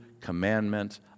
commandment